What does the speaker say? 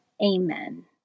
Amen